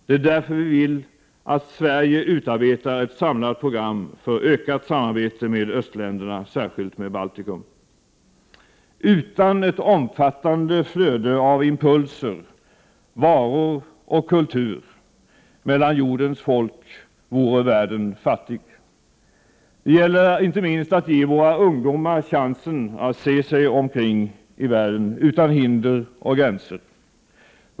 Det är därför vi vill att Sverige utarbetar ett samlat program för ökat samarbete med östländerna — särskilt med Baltikum. Utan ett omfattande flöde av impulser, varor och kultur mellan jordens folk vore världen fattig. Inte minst gäller det att ge våra ungdomar chansen att se sig om i världen utan hinder och gränser.